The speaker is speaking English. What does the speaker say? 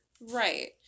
right